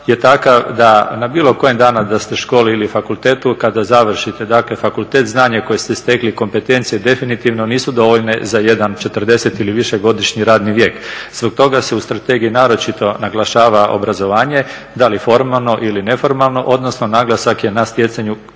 ste danas na bilo kojoj školi ili fakultetu, kada završite dakle fakultet, znanje koje ste steklu i kompetencije definitivno nisu dovoljne za jedan četrdeset ili višegodišnji radni vijek. Zbog toga se u strategiji naročito naglašava obrazovanje, da li formalno ili neformalno, odnosno naglasak je na stjecanju